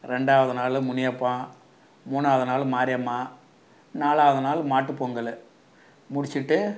ரெண்டாவது நாள் முனியப்பன் மூணாவது நாள் மாரியம்மா நாலாவது நாள் மாட்டுப்பொங்கல் முடிச்சுட்டு